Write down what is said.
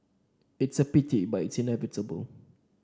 it is a pity but it's inevitable